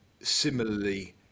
similarly